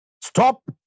Stop